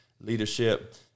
leadership